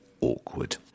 awkward